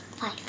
Five